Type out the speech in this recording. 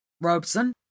robson